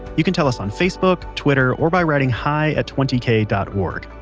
you can tell us on facebook, twitter, or by writing hi at twenty kay dot org.